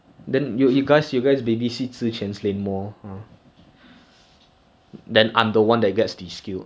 so if is if zac or whoever path towards zi quan side I cannot say as a hyper I don't I go board side that's how you lose games